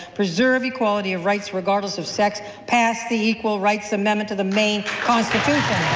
preserve equality of rights regardless of sex. pass the equal rights amendment to the maine constitution.